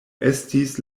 estis